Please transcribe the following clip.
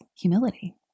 humility